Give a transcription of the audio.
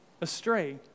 astray